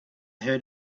heard